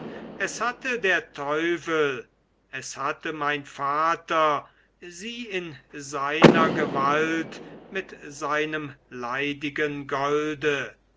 es hatte der teufel es hatte mein vater sie in seiner gewalt mit seinem leidigen golde